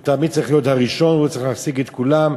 הוא תמיד צריך להיות הראשון והוא צריך להשיג את כולם.